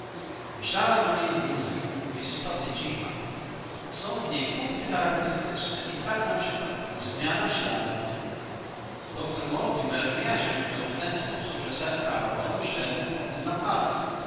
myślałem o niej dużo jest istotnie dziwna są w niej punkty charakterystyczne i tak naprzykład zmiana śladów doktor mortimer wyjaśnił to w ten sposób że sir karol szedł potem na palcach